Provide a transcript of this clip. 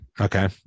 Okay